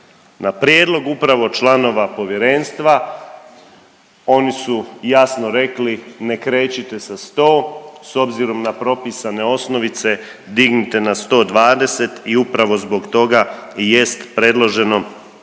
Na prijedlog upravo članova povjerenstva oni su jasno rekli ne krećite sa 100 s obzirom na propisane osnovice, dignite na 120 i upravo zbog toga i jest predloženo